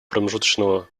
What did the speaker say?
промежуточного